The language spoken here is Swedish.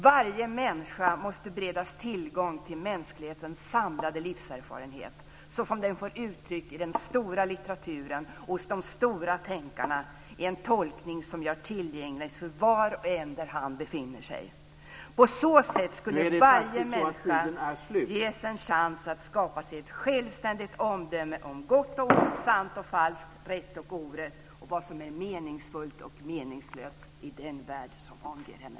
Varje människa måste beredas tillgång till mänsklighetens samlade livserfarenhet sådan den fått uttryck i den stora litteraturen och hos de stora tänkarna i en tolkning som gör den tillgänglig för var och en där han befinner sig. På så sätt skulle varje människa ges en chans att skapa sig ett självständigt omdöme om gott och ont, sant och falskt, rätt och orätt, och vad som är meningsfullt och meningslöst i den värld som omger henne."